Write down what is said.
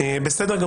תודה.